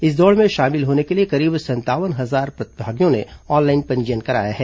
इस दौड़ में शामिल होने के लिए करीब संतावन हजार प्रतिभागियों ने ऑनलाइन पंजीयन कराया है